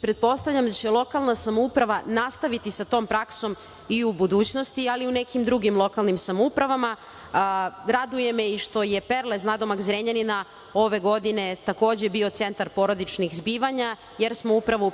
Pretpostavljam da će lokalna samouprava nastaviti sa tom praksom i u budućnosti, ali i u nekim drugim lokalnim samoupravama. Raduje me i što je Perlez nadomak Zrenjanina ove godine takođe bio centar porodičnih zbivanja, jer smo upravo u